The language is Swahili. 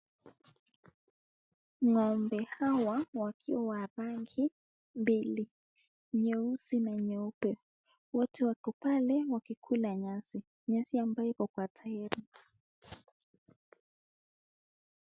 Ng'ombe hawa wakiwa wa rangi mbili, nyeusi na nyeupe wote wako pale wakikula, nyasi ambayo iko kwa tairi.